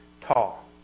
tall